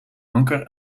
anker